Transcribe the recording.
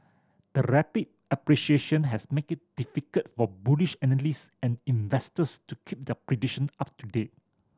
the rapid appreciation has make it difficult for bullish analysts and investors to keep the prediction up to date